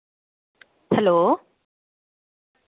hello